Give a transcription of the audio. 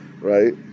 Right